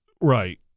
right